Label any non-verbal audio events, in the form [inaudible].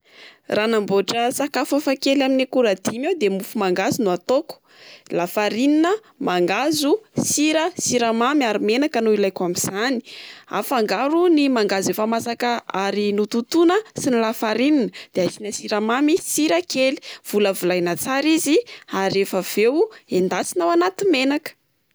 Raha anamboatra sakafo hafa kely amin'ny akora dimy aho de mofo mangahazo no ataoko: lafarinina, mangahazo, sira, siramamy, ary menaka no ilaiko amin'izany. Afangaro ny mangahazo efa masaka [hesitation] ary nototoina sy ny lafarinina de asiana siramamy sy sira kely volavolaina tsara izy ary rehefa avy eo endasina ao anaty menaka.